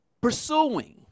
pursuing